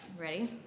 ready